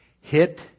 hit